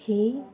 छी